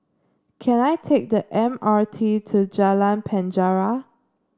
can I take the M R T to Jalan Penjara